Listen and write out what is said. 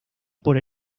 por